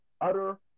utter